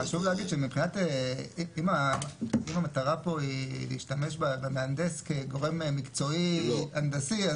חשוב להגיד שאם המטרה פה היא להשתמש במהנדס כגורם מקצועי-הנדסי,